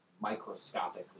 microscopically